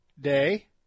Day